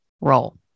role